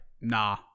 nah